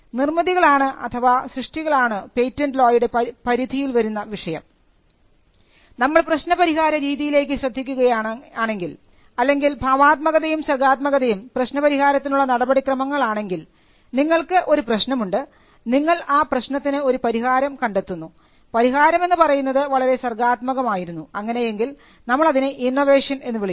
നിർമ്മിതികളാണ് അഥവാ സൃഷ്ടികളാണ് പേറ്റന്റ് ലോയുടെ പരിധിയിൽ വരുന്ന വിഷയം നമ്മൾ പ്രശ്നപരിഹാര രീതിയിലേക്ക് ശ്രദ്ധിക്കുകയാണെങ്കിൽ അല്ലെങ്കിൽ ഭാവാത്മകതയും സർഗാത്മകതയും പ്രശ്നപരിഹാരത്തിനുള്ള നടപടിക്രമങ്ങൾ ആണെങ്കിൽ നിങ്ങൾക്ക് ഒരു പ്രശ്നമുണ്ട് നിങ്ങൾ ആ പ്രശ്നത്തിന് ഒരു പരിഹാരം കണ്ടെത്തുന്നു പരിഹാരമെന്ന് പറയുന്നത് വളരെ സർഗാത്മകം ആയിരുന്നു അങ്ങനെയെങ്കിൽ നമ്മൾ അതിനെ ഇന്നൊവേഷൻ എന്ന് വിളിക്കും